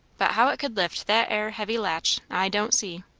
but how it could lift that ere heavy latch, i don't see.